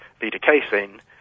beta-casein